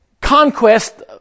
conquest